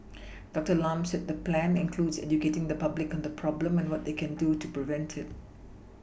doctor Lam said the plan includes educating the public on the problem and what they can do to prevent it